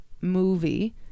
movie